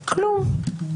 כלום.